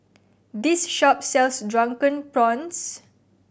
this shop sells Drunken Prawns